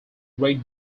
great